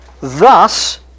Thus